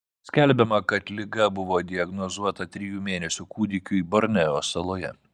skelbiama kad liga buvo diagnozuota trijų mėnesių kūdikiui borneo saloje